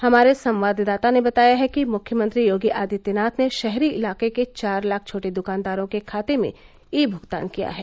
हमारे संवादादाता ने बताया है कि मुख्यमंत्री योगी आदित्यनाथ ने शहरी इलाके के चार लाख छोटे दुकानदारों के खाते में ई भुगतान किया है